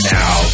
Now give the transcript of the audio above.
now